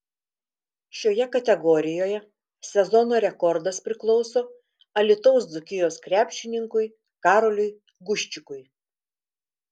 šioje kategorijoje sezono rekordas priklauso alytaus dzūkijos krepšininkui karoliui guščikui